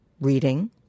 reading